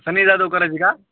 सनि जादव करायची का